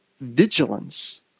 vigilance